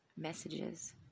messages